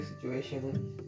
situation